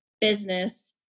business